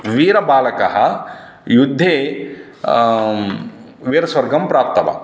वीरबालकः युद्धे वीरस्वर्गं प्राप्तवान्